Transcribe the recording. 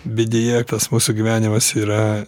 bet deja tas mūsų gyvenimas yra